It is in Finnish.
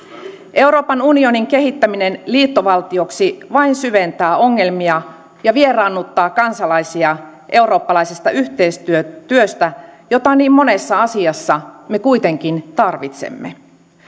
euroopan unionin kehittäminen liittovaltioksi vain syventää ongelmia ja vieraannuttaa kansalaisia eurooppalaisesta yhteistyöstä jota niin monessa asiassa me kuitenkin tarvitsemme